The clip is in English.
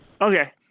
Okay